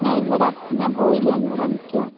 ഞാൻ ഇവിടെ ഞാൻ പോയില്ലായിരുന്നു ഞാനിവിടെ നില്ക്കുകയാണ്